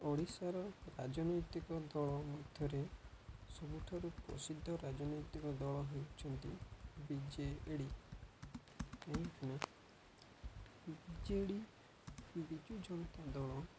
ଓଡ଼ିଶାର ରାଜନୈତିକ ଦଳ ମଧ୍ୟରେ ସବୁଠାରୁ ପ୍ରସିଦ୍ଧ ରାଜନୈତିକ ଦଳ ହେଉଛନ୍ତି ବି ଜେ ଡ଼ି କାହିଁକିନା ବି ଜେ ଡ଼ି ବିଜୁଜନତା ଦଳ